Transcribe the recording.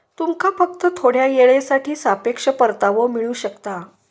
तुमका फक्त थोड्या येळेसाठी सापेक्ष परतावो मिळू शकता